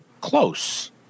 close